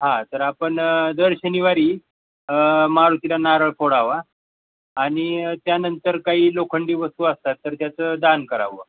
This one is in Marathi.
हा तर आपण दर शनिवारी मारुतीला नारळ फोडावा आणि त्यानंतर काही लोखंडी वस्तू असतात तर त्याचं दान करावं